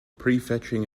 prefetching